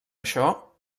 això